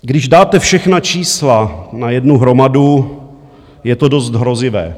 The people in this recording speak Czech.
Když dáte všechna čísla na jednu hromadu, je to dost hrozivé.